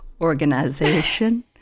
organization